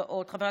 נגד?